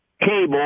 cable